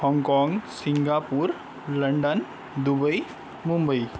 हाँगकाँग Singapore London Dubai Mumbai